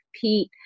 Pete